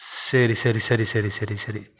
சரி சரி சரி சரி சரி சரி